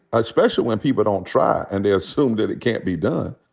especially when people don't try and they assume that it can't be done.